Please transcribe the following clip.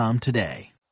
today